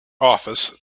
office